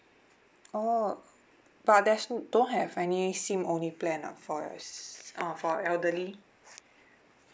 oh but there's don't have any SIM only plan ah for s~ uh for elderly